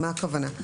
מה הכוונה?